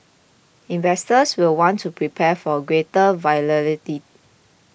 investors will want to prepare for greater volatility